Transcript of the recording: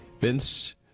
vince